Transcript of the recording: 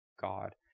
God